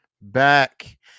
back